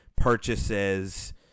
purchases